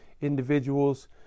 individuals